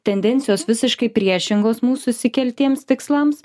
tendencijos visiškai priešingos mūsų išsikeltiems tikslams